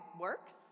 works